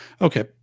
Okay